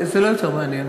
זה לא יותר מעניין.